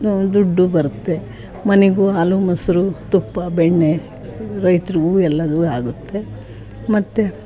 ದುಡ್ಡೂ ಬರುತ್ತೆ ಮನೆಗೂ ಹಾಲು ಮೊಸರು ತುಪ್ಪ ಬೆಣ್ಣೆ ರೈತ್ರಿಗೂ ಎಲ್ಲದೂ ಆಗುತ್ತೆ ಮತ್ತು